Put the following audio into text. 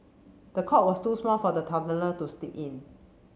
the cot was too small for the toddler to sleep in